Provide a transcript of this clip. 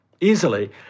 easily